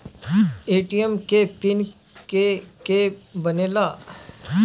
ATM के PIN के के बनेला?